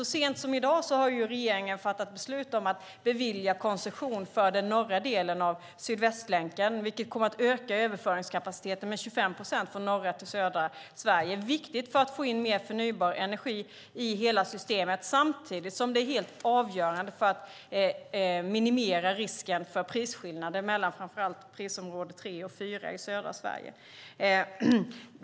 Så sent som i dag har regeringen fattat beslut om att bevilja koncession för den norra delen av Sydvästlänken, vilket kommer att öka överföringskapaciteten med 25 procent från norra till södra Sverige. Det är viktigt för att få in mer förnybar energi i hela systemet samtidigt som det är helt avgörande för att minimera risken för prisskillnader mellan framför allt prisområde 3 och 4 i södra Sverige.